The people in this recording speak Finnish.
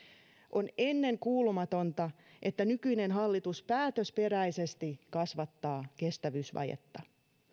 on ennenkuulumatonta että nykyinen hallitus päätösperäisesti kasvattaa kestävyysvajetta